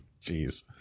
Jeez